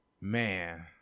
Man